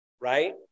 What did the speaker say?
right